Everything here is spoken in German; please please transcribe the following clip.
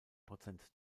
prozent